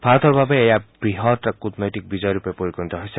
ভাৰতৰ বাবে এয়া বৃহৎ কূটনৈতিক বিজয়ৰূপে পৰিগণিত হৈছে